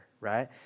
right